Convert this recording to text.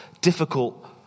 difficult